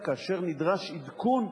כאשר נדרש עדכון,